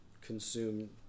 consume